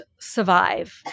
survive